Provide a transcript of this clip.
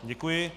Děkuji.